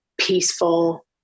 peaceful